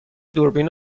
دوربین